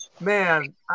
man